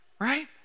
right